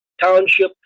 township